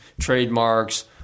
trademarks